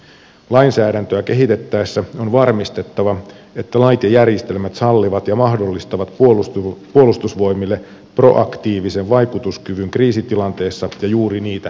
lainsäädäntöä kehitettäessä on varmistettava että lait ja järjestelmät sallivat ja mahdollistavat puolustusvoimille proaktiivisen vaikutuskyvyn kriisitilanteissa ja juuri niitä edeltävinä aikoina